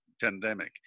pandemic